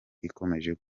ikomeje